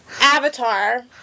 Avatar